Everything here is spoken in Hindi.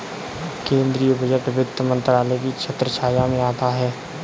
केंद्रीय बजट वित्त मंत्रालय की छत्रछाया में आता है